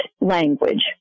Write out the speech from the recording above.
language